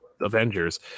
avengers